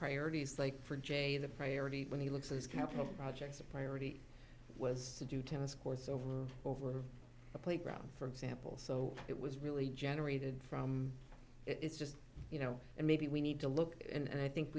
priorities like for jay the priority when he looks is capital projects a priority was to do tennis courts over over a playground for example so it was really generated from it it's just you know and maybe we need to look and i think